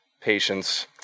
patience